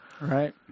Right